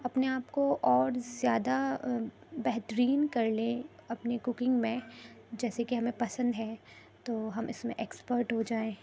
اپنے آپ کو اور زیادہ بہترین کر لیں اپنے کوکنگ میں جیسے کہ ہمیں پسند ہے تو ہم اس میں اکسپرٹ ہو جائیں